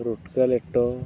ᱨᱩᱴᱠᱟᱹ ᱞᱮᱴᱚ